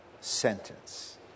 sentence